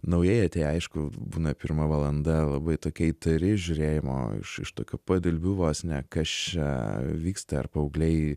naujai atėję aišku būna pirma valanda labai tokia įtari žiūrėjimo iš tokio padilbių vos ne kas čia vyksta ir paaugliai